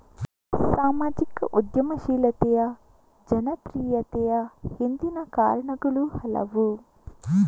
ಸಾಮಾಜಿಕ ಉದ್ಯಮಶೀಲತೆಯ ಜನಪ್ರಿಯತೆಯ ಹಿಂದಿನ ಕಾರಣಗಳು ಹಲವು